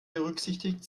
berücksichtigt